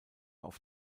auf